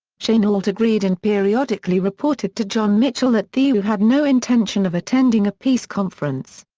chennault agreed and periodically reported to john mitchell that thieu had no intention of attending a peace conference.